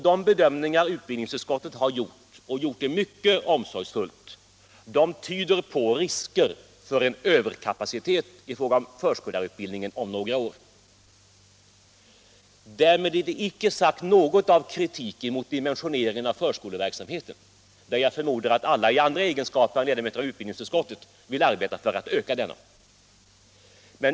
De bedömningar som utbildningsutskottet har gjort — och gjort mycket omsorgsfullt — tyder på risker för en överkapacitet i fråga om förskollärarutbildning om några år. Därmed är det icke sagt något av kritik mot dimensioneringen av förskoleverksamheten, som jag förmodar att alla i andra egenskaper än ledamöter av utbildningsutskottet vill arbeta för att öka.